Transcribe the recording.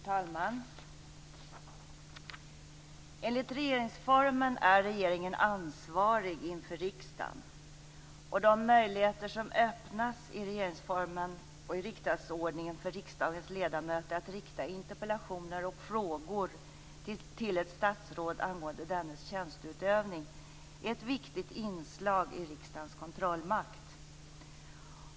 Fru talman! Enligt regeringsformen är regeringen ansvarig inför riksdagen. De möjligheter som öppnas i regeringsformen och i riksdagsordningen för riksdagens ledamöter att rikta interpellationer och frågor till ett statsråd angående dennes tjänsteutövning är ett viktigt inslag i riksdagens kontrollmakt.